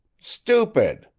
stupid!